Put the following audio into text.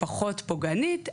ופחות פוגענית,